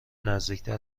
نزدیکتر